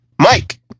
Mike